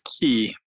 key